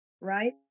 right